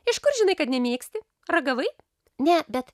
iš kur žinai kad nemėgsti ragavai ne bet